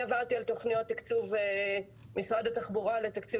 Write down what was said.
עברתי על תכניות תקצוב משרד התחבורה לשנים